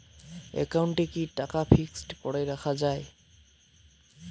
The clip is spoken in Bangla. একাউন্টে কি টাকা ফিক্সড করে রাখা যায়?